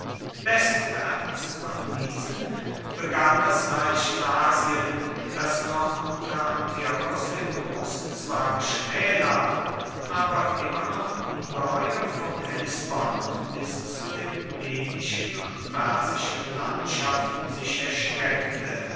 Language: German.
westwärts von diesen begann das reich asien das noch unter antiochos dem großen zwar geschmälert aber immer noch ungeheuer vom hellespont bis zu den medischen und persischen landschaften sich erstreckte